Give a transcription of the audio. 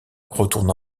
retourna